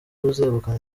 uzegukana